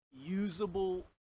usable